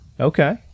Okay